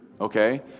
okay